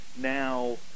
now